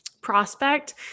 prospect